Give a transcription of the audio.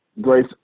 Grace